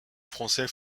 français